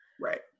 Right